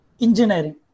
Engineering